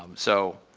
um so